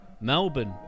Melbourne